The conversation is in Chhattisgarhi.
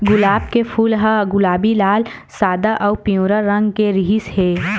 गुलाब के फूल ह गुलाबी, लाल, सादा अउ पिंवरा रंग के रिहिस हे